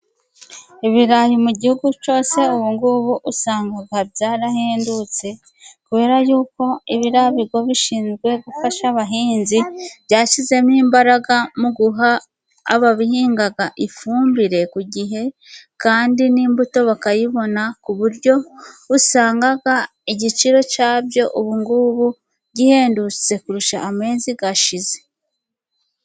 Ibirayi mu gihugu cyose ubu ngubu usanga byarahendutse , kubera yuko biriya bigo bishinzwe gufasha abahinzi byashyizemo imbaraga mu guha abahinga ifumbire ku gihe, kandi n'imbuto bakayibona ku buryo usanga igiciro cyabyo ubungubu gihehendutse kurusha amezi ashize.